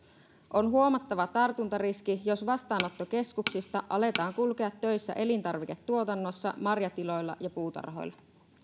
on huomattava tartuntariski jos vastaanottokeskuksista aletaan kulkea töissä elintarviketuotannossa marjatiloilla ja puutarhoilla arvoisa